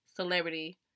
Celebrity